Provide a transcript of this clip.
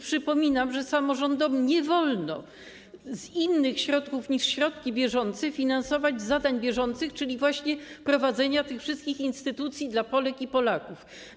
Przypominam, że samorządom nie wolno z innych środków niż środki bieżące finansować zadań bieżących, czyli właśnie prowadzenia tych wszystkich instytucji dla Polek i Polaków.